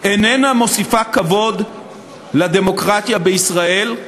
איננה מוסיפה כבוד לדמוקרטיה בישראל.